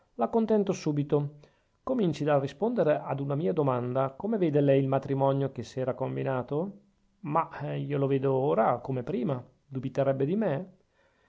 la contento subito cominci dal rispondere ad una mia domanda come vede lei il matrimonio che s'era combinato ma io lo vedo ora come prima dubiterebbe di me